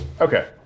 Okay